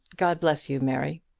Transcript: god bless you, mary.